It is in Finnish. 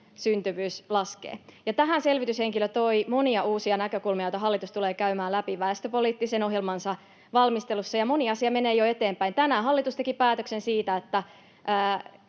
syntyvyys laskee. Tähän selvityshenkilö toi monia uusia näkökulmia, joita hallitus tulee käymään läpi väestöpoliittisen ohjelmansa valmistelussa, ja moni asia menee jo eteenpäin. Tänään hallitus teki päätöksen, että